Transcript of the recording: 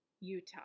Utah